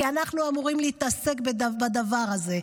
כי אנחנו לא אמורים להתעסק בדבר הזה.